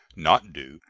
not due,